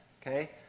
Okay